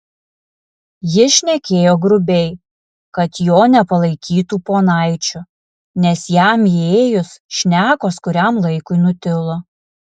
jis šnekėjo grubiai kad jo nepalaikytų ponaičiu nes jam įėjus šnekos kuriam laikui nutilo